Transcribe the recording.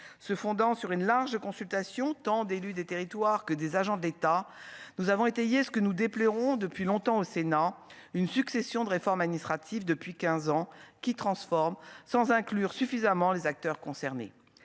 se fondant sur une large consultation tant d'élus des territoires que des agents de l'État, nous avons étayer ce que nous déplorons depuis longtemps au Sénat une succession de réformes administratives depuis 15 ans qui transforme sans inclure suffisamment les acteurs concernés,